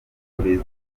uburezi